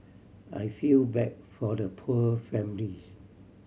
I feel bad for the poor families